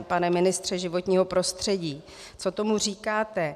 Pane ministře životního prostředí, co tomu říkáte?